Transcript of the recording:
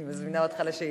אני מזמינה אותך לשאילתות.